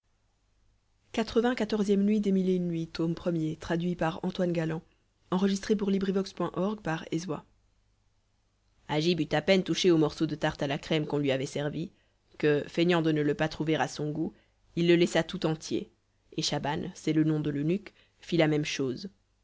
agib eut à peine touché au morceau de tarte à la crème qu'on lui avait servi que feignant de ne le pas trouver à son goût il le laissa tout entier et schaban c'est le nom de l'eunuque fit la même chose